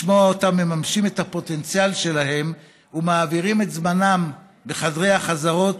לשמוע אותם מממשים את הפוטנציאל שלהם ומעבירים את זמנם בחדרי החזרות,